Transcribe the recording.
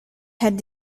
had